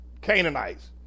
Canaanites